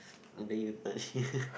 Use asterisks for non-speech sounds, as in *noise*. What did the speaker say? and then you touch here *noise*